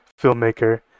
filmmaker